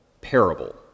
parable